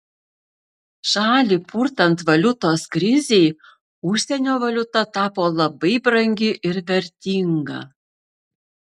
šalį purtant valiutos krizei užsienio valiuta tapo labai brangi ir vertinga